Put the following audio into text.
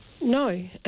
No